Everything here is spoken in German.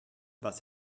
was